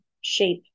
shape